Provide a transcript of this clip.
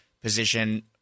position